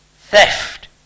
theft